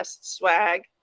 swag